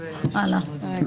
הצבעה לא אושרו.